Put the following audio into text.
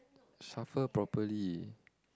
shuffle properly